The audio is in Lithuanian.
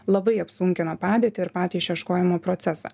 labai apsunkina padėtį ir patį išieškojimo procesą